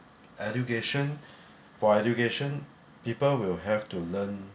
education for education people will have to learn